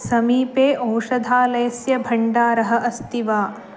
समीपे औषधालयस्य भण्डारः अस्ति वा